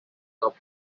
cup